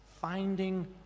Finding